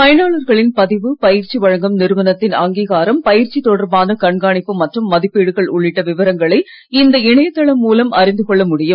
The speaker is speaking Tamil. பயனாளர்களின் பதிவு பயிற்சி வழங்கும் நிறுவனத்தின் அங்கீகாரம் பயிற்சி தொடர்பான கண்காணிப்பு மற்றும் மதிப்பீடுகள் உள்ளிட்ட விவரங்களை இந்த இணையதளம் மூலம் அறிந்து கொள்ள முடியும்